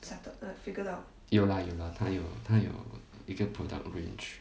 有啦有啦他有他有一个 product range